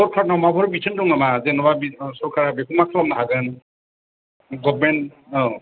सरकारनाव माबाफोर बिथोन दं नामा जेनेबा बे सरकारआ बेखौ मा खालामनो हागोन गभरमेन्ट औ